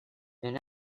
elle